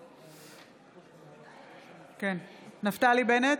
(קוראת בשם חבר הכנסת) נפתלי בנט,